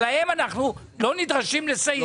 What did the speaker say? אבל להם אנחנו לא נדרשים לסייע.